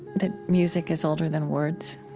that music is older than words